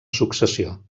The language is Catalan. successió